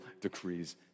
decrees